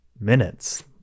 minutes